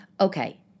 Okay